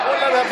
חברנו היקר,